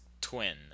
Twin